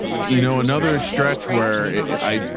you know, another stretch where i,